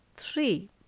Three